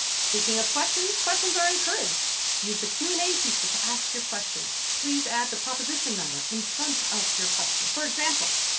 speaking of questions. questions are encouraged use the q and a feature to ask your questions, please add the proposition number in front of your question, for example,